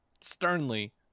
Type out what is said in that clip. sternly